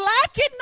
lacking